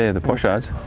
ah the pochades.